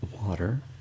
water